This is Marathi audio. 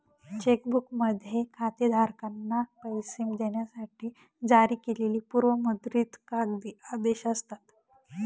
चेक बुकमध्ये खातेधारकांना पैसे देण्यासाठी जारी केलेली पूर्व मुद्रित कागदी आदेश असतात